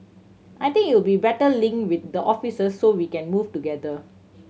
I think it'll better link with the officers so we can move together